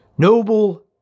Noble